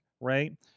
Right